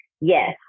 Yes